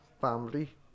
Family